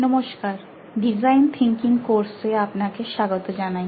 নমস্কার design thinking কোর্সে আপনাকে স্বাগত জানাই